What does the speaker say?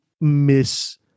miss